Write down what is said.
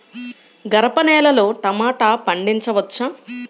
గరపనేలలో టమాటా పండించవచ్చా?